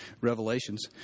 revelations